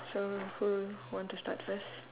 so who want to start first